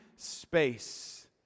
space